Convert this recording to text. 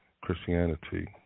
Christianity